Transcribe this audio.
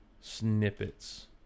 Snippets